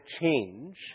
change